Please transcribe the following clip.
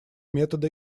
метода